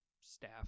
staff